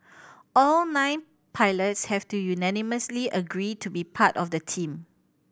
all nine pilots have to unanimously agree to be part of the team